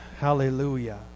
Hallelujah